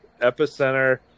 epicenter